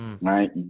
Right